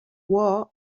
war